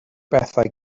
bethau